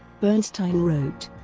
bernstein wrote